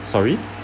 sorry